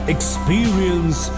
Experience